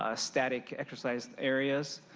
ah static exercise areas.